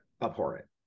abhorrent